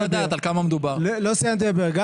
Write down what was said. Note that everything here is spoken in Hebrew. לא סיימתי את דבריי.